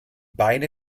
beine